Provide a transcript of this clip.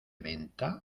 venta